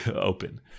open